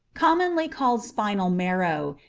commonly called spinal marrow,